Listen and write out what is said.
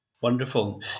Wonderful